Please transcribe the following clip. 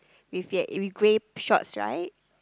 with yet with grey shorts right